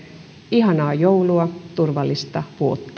ihanaa joulua turvallista vuotta